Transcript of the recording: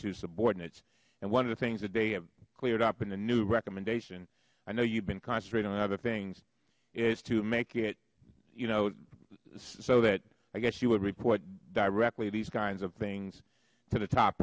to subordinates and one of the things that they have cleared up in the new recommendation i know you've been concentrating on other things is to make it you know so that i guess you would report directly these kinds of things to the top